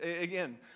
Again